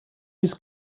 his